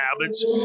habits